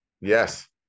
Yes